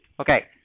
Okay